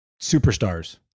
superstars